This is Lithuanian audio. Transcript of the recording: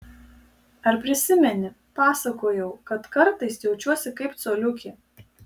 ar prisimeni pasakojau kad kartais jaučiuosi kaip coliukė